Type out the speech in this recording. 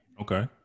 Okay